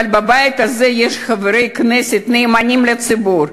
אבל בבית הזה יש חברי כנסת נאמנים לציבור.